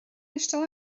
eistedd